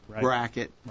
bracket